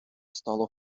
стало